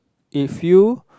if you